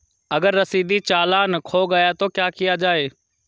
अगर रसीदी चालान खो गया तो क्या किया जाए?